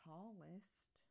Tallest